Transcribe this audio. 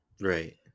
Right